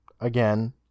again